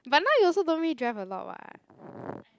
but now you also don't let me drive a lot [what]